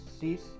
cease